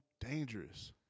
dangerous